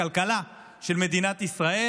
לכלכלה של מדינת ישראל.